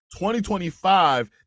2025